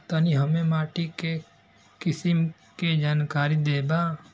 तनि हमें माटी के किसीम के जानकारी देबा?